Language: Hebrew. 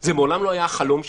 זה מעולם לא היה החלום שלי.